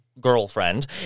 Girlfriend